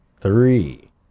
three